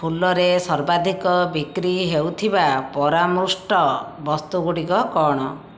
ଫୁଲରେ ସର୍ବାଧିକ ବିକ୍ରି ହେଉଥିବା ପରାମୃଷ୍ଟ ବସ୍ତୁଗୁଡ଼ିକ କ'ଣ